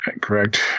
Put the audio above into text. correct